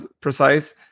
precise